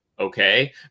okay